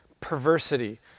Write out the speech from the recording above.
perversity